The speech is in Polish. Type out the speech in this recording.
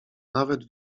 nawet